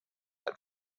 had